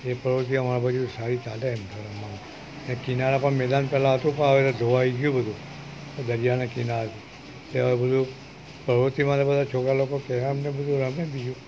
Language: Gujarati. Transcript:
એ પ્રવૃત્તિ અમારા બાજુ સારી ચાલે એમ રમવામાં ને કિનારા પર મેદાન પહેલાં હતું પણ હવે ધોવાઈ ગયું બધુ દરિયાને કિનારે તે હવે બધુ પ્રવૃત્તિમાં તો બધા છોકરા લોકો કેરમ ને બધું રમે બીજું